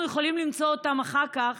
אנחנו יכולים למצוא אותם אחר כך